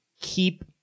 keep